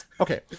Okay